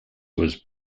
was